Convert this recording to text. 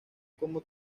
como